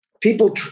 people